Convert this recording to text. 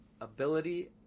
ability